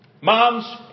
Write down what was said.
Moms